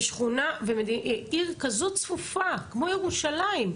עיר כזאת צפופה כמו ירושלים,